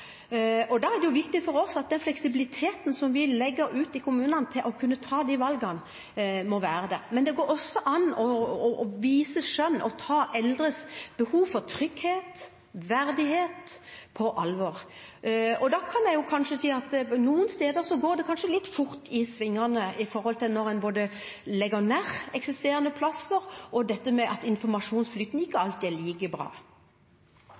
Da er det viktig for oss at den fleksibiliteten som vi gir kommunene til å kunne ta de valgene, må være der. Men det går også an å vise skjønn og ta eldres behov for trygghet og verdighet på alvor. Man kan kanskje si at det noen steder går litt fort i svingene når en legger ned eksisterende plasser, og at informasjonsflyten ikke alltid er like bra.